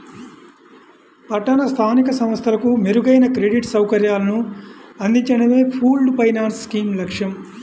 పట్టణ స్థానిక సంస్థలకు మెరుగైన క్రెడిట్ సౌకర్యాలను అందించడమే పూల్డ్ ఫైనాన్స్ స్కీమ్ లక్ష్యం